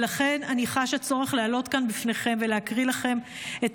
ולכן אני חשה צורך לעלות כאן בפניכם ולהקריא לכם את